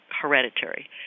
hereditary